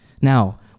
Now